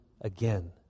again